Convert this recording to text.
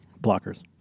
Blockers